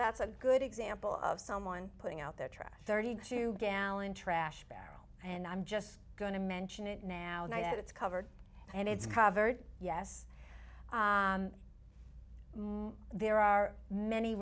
that's a good example of someone putting out their trash thirty two gallon trash barrel and i'm just going to mention it now that it's covered and it's covered yes there are many